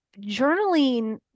Journaling